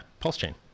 pulsechain